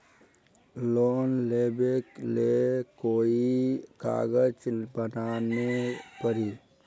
Loan लेबे ले कोई कागज बनाने परी?